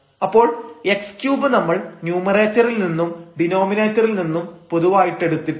അപ്പോൾ x3 നമ്മൾ ന്യുമറേറ്ററിൽ നിന്നും ഡിനോമിനേറ്ററിൽ നിന്നും പൊതുവായിട്ടെടുത്തിട്ടുണ്ട്